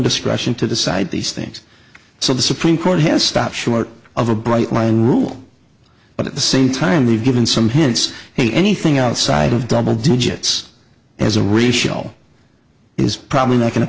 discretion to decide these things so the supreme court has stopped short of a bright line rule but at the same time they've given some hints hey anything outside of double digits as a racial is probably not going to